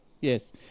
Yes